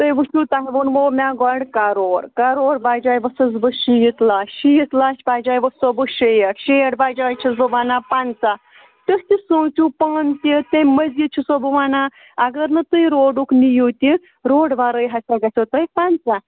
تُہۍ وٕچھنو تۄہہِ ووٚنمو مےٚ گۄڈٕ کَرور کَرور بَجاے ؤژھٕس بہٕ شیٖتھ لَچھ شیٖتھ لَچھ بَجاے ؤژھسو بہٕ شیٹھ شیٹھ بَجاے چھَس بہٕ وَنان پنٛژاہ تُہۍ تہِ سوٗنٛچو پانہٕ تہِ تٔمۍ مٔزیٖد چھُ سو بہٕ وَنان اَگر نہٕ تُہۍ روڈُک نِیِو تہِ روڈٕ وَرٲے ہسا گژھیو تۄہہِ پنٛژاہ